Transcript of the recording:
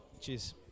Cheers